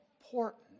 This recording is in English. important